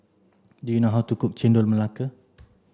do you know how to cook Chendol Melaka